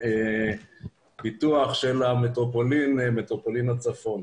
פיתוח של מטרופולין הצפון.